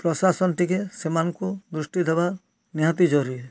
ପ୍ରଶାସନ ଟିକେ ସେମାନଙ୍କୁ ଦୃଷ୍ଟି ଦେବା ନିହାତି ଜରୁରୀ